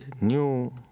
new